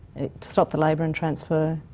stop the labour and transfer,